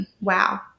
Wow